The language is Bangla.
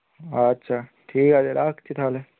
আচ্ছা ঠিক আছে রাখছি তাহলে